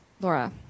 Laura